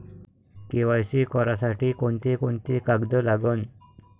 KYC करासाठी कोंते कोंते कागद लागन?